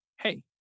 hey